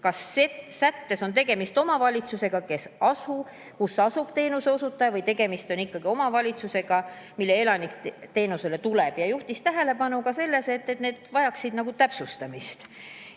kas sättes on tegemist omavalitsusega, kus asub teenuseosutaja, või on tegemist ikkagi omavalitsusega, mille elanik teenust saama tuleb. Ta juhtis tähelepanu sellele, et see vajaks täpsustamist.